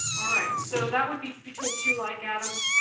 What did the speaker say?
alright, so that would be between two like atoms.